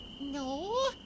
No